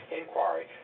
inquiry